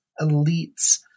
elites